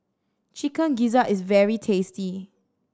Chicken Gizzard is very tasty